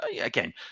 again